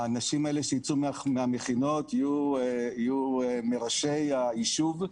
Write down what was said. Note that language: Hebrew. האנשים האלה שייצאו מהמכינות יהיו מראשי היישוב,